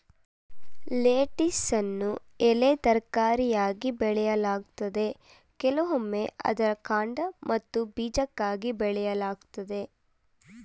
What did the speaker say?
ಲೆಟಿಸನ್ನು ಎಲೆ ತರಕಾರಿಯಾಗಿ ಬೆಳೆಯಲಾಗ್ತದೆ ಕೆಲವೊಮ್ಮೆ ಅದರ ಕಾಂಡ ಮತ್ತು ಬೀಜಕ್ಕಾಗಿ ಬೆಳೆಯಲಾಗ್ತದೆ